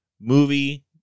movie